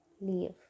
Leave